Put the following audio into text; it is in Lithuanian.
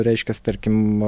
reiškias tarkim